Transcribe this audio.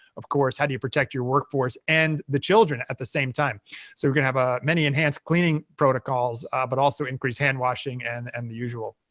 of course, how do you protect your workforce and the children at the same time? so we're going to have ah many enhanced cleaning protocols, but also increase handwashing and and the usual.